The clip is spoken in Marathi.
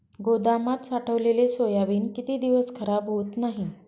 गोदामात साठवलेले सोयाबीन किती दिवस खराब होत नाही?